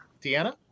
Deanna